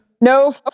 No